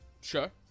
Sure